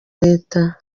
leta